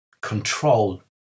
control